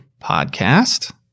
podcast